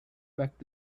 back